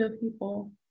people